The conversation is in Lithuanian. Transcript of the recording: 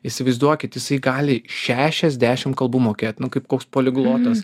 įsivaizduokit jisai gali šešiasdešim kalbų mokėt nu kaip koks poliglotas